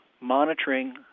monitoring